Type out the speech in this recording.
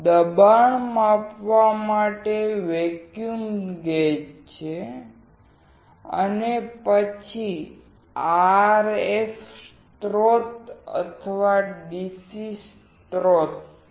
દબાણ માપવા માટે વેક્યુમ ગેજ છે અને પછી RF સ્ત્રોત અથવા DC સ્રોત છે